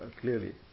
clearly